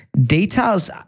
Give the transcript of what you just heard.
Details